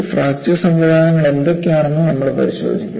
fracture സംവിധാനങ്ങൾ എന്തൊക്കെയാണെന്നും നമ്മൾ പരിശോധിക്കും